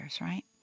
right